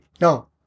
No